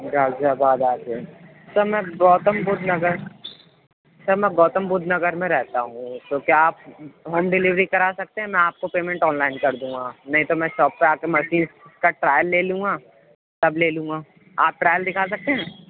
غازی آباد آکے سر میں گوتم بدھ نگر سر میں گوتم بدھ نگر میں رہتا ہوں تو کیا آپ ہوم ڈیلیوری کرا سکتے ہیں میں آپ کو پیمنٹ آن لائن کر دوں گا نہیں تو میں شاپ پہ آکے مشین کا ٹرائل لے لوں گا سب لے لوں گا آپ ٹرائل دکھا سکتے ہیں